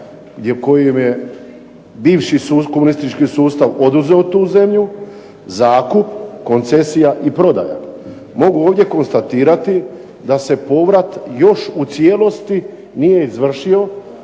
kojim bivši komunistički sustav oduzeo tu zemlju, zakup, koncesija i prodaja. Mogu ovdje konstatirati da se povrat još u cijelosti nije izvršio,